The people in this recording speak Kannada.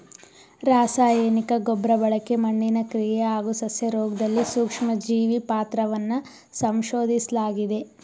ರಾಸಾಯನಿಕ ಗೊಬ್ರಬಳಕೆ ಮಣ್ಣಿನ ಕ್ರಿಯೆ ಹಾಗೂ ಸಸ್ಯರೋಗ್ದಲ್ಲಿ ಸೂಕ್ಷ್ಮಜೀವಿ ಪಾತ್ರವನ್ನ ಸಂಶೋದಿಸ್ಲಾಗಿದೆ